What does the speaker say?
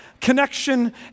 connection